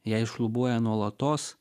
jei šlubuoja nuolatos